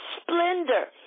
splendor